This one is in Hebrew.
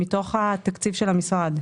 מתוך התקציב של המשרד.